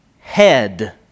head